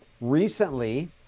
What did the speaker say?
Recently